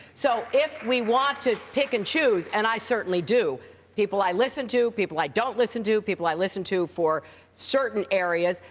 so if we want to pick and choose and i certainly do people i listen to, people i don't listen to, people i listen to for certain areas,